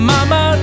Mama